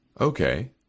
Okay